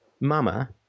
mama